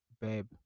Babe